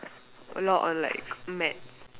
a lot on like maths